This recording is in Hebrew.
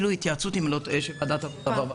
די אפילו בהתייעצות של ועדת העבודה והרווחה.